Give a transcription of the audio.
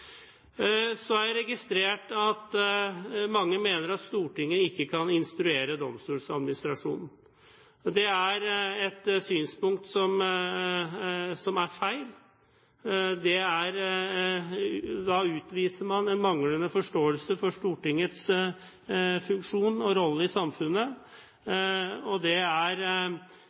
Så har jeg registrert at mange mener at Stortinget ikke kan instruere Domstoladministrasjonen. Det er et synspunkt som er feil. Da utviser man en manglende forståelse for Stortingets funksjon og rolle i samfunnet. Da Domstoladministrasjonen ble uavhengig, var ikke det